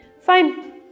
Fine